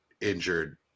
injured